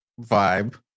vibe